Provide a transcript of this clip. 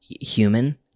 human